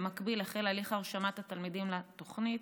במקביל, החל הליך הרשמת תלמידים לתוכנית.